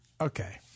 Okay